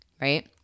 right